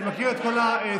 אני מכיר את כל הסיכומים.